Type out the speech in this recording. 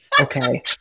okay